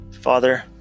Father